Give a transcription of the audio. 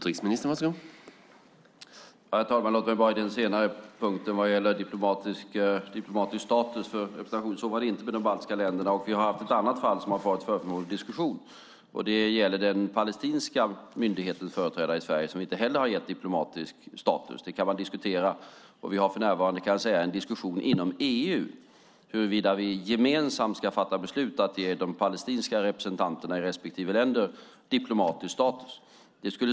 Herr talman! Låt mig på den senare punkten vad gäller diplomatisk status och representation säga att det inte var så för de baltiska länderna. Vi har haft ett annat fall som har varit föremål för diskussion, nämligen den palestinska myndighetens företrädare i Sverige som inte heller har diplomatisk status. Det kan diskuteras. Vi har för närvarande en diskussion inom EU huruvida vi gemensamt ska fatta beslut att ge de palestinska representanterna i respektive länder diplomatisk status.